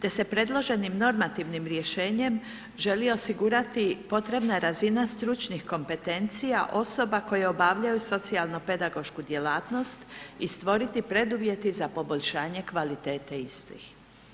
te se predloženim normativnim rješenjem želi osigurati potrebna razina stručnih kompetencija osoba koje obavljaju socijalno pedagošku djelatnost i stvoriti preduvjete za poboljšanje kvalitete istih.